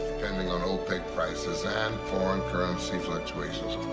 depending on opec prices and foreign currency fluctuations,